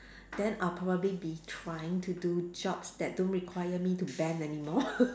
then I'll probably be trying to do jobs that don't require me to bend anymore